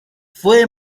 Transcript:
fue